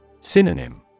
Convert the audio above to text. Synonym